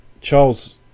Charles